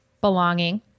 belonging